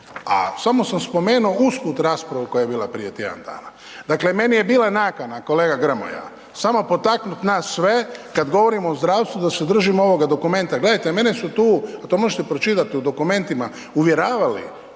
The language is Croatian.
A samo sam spomenuo usput raspravu koja je bila prije tjedan dana. Dakle, meni je bila nakana, kolega Grmoja, samo potaknuti nas sve, kad govorimo o zdravstvu da se držimo ovoga dokumenta, gledajte, mene su tu, to možete pročitati u dokumentima, uvjeravali